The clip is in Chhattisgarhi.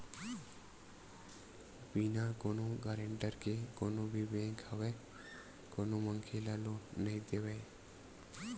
बिना कोनो गारेंटर के कोनो भी बेंक होवय कोनो मनखे ल लोन नइ देवय